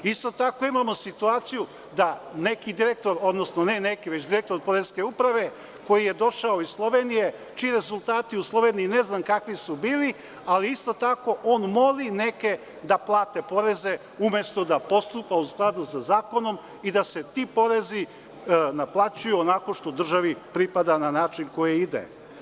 Isto tako imamo situaciju da neki direktor, odnosno ne neki, već direktor poreske uprave koji je došao iz Slovenije, čiji rezultati u Sloveniji ne znam kakvi su bili, ali isto tako on moli neke da plate poreze, umesto da postupa u skladu sa zakonom i da se ti porezi naplaćuju onako što državi pripada na način koji ide.